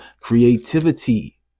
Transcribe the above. Creativity